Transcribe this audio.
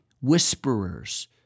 whisperers